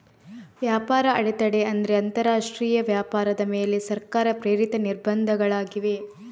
ವ್ಯಾಪಾರ ಅಡೆತಡೆ ಅಂದ್ರೆ ಅಂತರರಾಷ್ಟ್ರೀಯ ವ್ಯಾಪಾರದ ಮೇಲೆ ಸರ್ಕಾರ ಪ್ರೇರಿತ ನಿರ್ಬಂಧಗಳಾಗಿವೆ